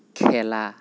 খেলা